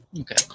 Okay